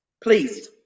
Please